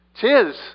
Tis